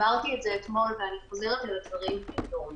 אמרתי את זה אתמול, ואני חוזרת על הדברים היום.